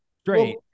straight